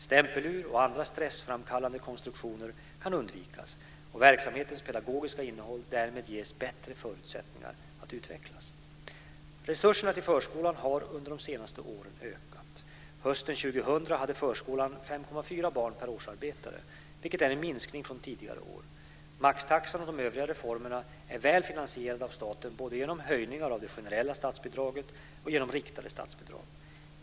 Stämpelur och andra stressframkallande konstruktioner kan undvikas och verksamhetens pedagogiska innehåll därmed ges bättre förutsättningar att utvecklas. Resurserna till förskolan har under de senaste åren ökat. Hösten 2000 hade förskolan 5,4 barn per årsarbetare, vilket är en minskning från tidigare år. Maxtaxan och de övriga reformerna är väl finansierade av staten både genom höjningar av det generella statsbidraget och genom riktade statsbidrag.